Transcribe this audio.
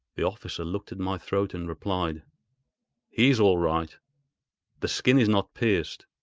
the officer looked at my throat and replied he is all right the skin is not pierced.